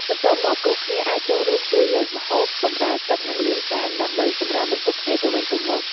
បន្ទាប់មក គ្រប់គ្នាអាចចូលរួមជួយលើកម្ហូប បម្រើទឹក និងលាងចាន ដើម្បីសម្រាលបន្ទុកគ្នាទៅវិញទៅមក។